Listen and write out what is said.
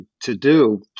to-do